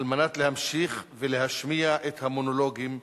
על מנת להמשיך ולהשמיע את המונולוגים שלו.